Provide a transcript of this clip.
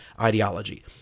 ideology